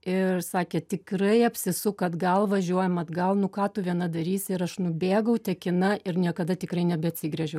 ir sakė tikrai apsisuk atgal važiuojam atgal nu ką tu viena darysi ir aš nubėgau tekina ir niekada tikrai nebeatsigręžiau